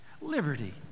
Liberty